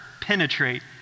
penetrate